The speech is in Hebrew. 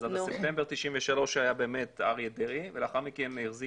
אז בספטמבר 93' היה אריה דרעי ולאחר מכן החזיק